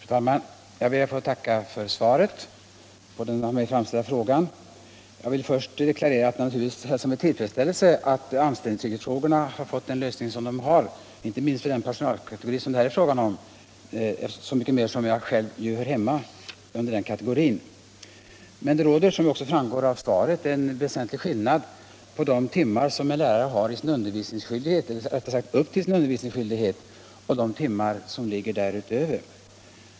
Fru talman! Jag ber att få tacka för svaret på den av mig framställda frågan. Jag vill första deklarera att jag naturligtvis med tillfredsställelse hälsar att anställningsfrågorna har fått den lösning som de har, inte minst för den personalkategori som det här gäller, så mycket mer som jag själv hör hemma under den kategorin. Men det är, vilket framgår av svaret, en väsentlig skillnad mellan de timmar som en lärare har upp till sin undervisningsskyldighet och de timmar som ligger därutöver.